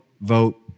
vote